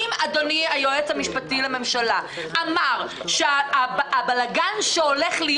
אם היועץ המשפטי לממשלה אמר שהבלגן שהולך להיות